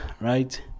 right